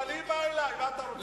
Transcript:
אבל היא באה אלי, מה אתה רוצה?